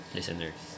Listeners